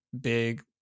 big